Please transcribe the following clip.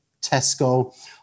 tesco